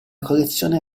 collezione